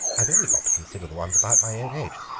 i've only got to consider the ones about my own age.